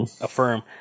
affirm